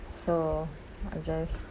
so I guess